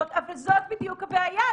זה רק אחרי שהתחילה בדיקה נגדך או מולך,